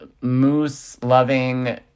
moose-loving